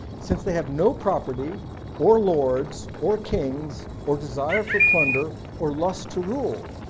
since they have no property or lords, or kings, or desire for plunder, or lust to rule,